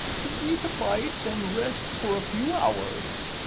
to eat a bite and rest for a few hours.